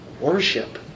worship